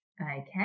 Okay